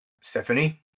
Stephanie